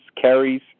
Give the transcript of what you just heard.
carries